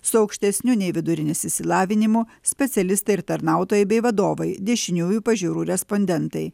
su aukštesniu nei vidurinis išsilavinimu specialistai ir tarnautojai bei vadovai dešiniųjų pažiūrų respondentai